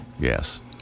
Yes